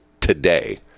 today